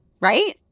right